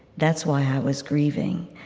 that's why i was grieving,